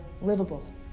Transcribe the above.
livable